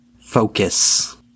focus